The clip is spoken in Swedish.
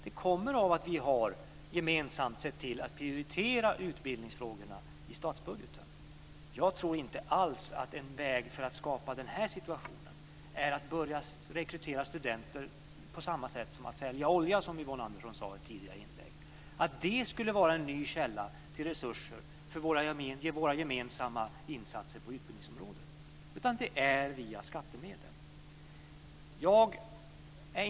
Detta kommer av att vi gemensamt sett till att prioritera utbildningsfrågorna i statsbudgeten. Jag tror inte alls att en väg för att skapa den här situationen är att börja rekrytera studenter på samma sätt som man säljer olja, som Yvonne Andersson sade här i ett tidigare inlägg. Att det skulle vara en ny källa till resurser för våra gemensamma insatser på utbildningsområdet tror inte jag, utan det här sker via skattemedel.